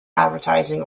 advertising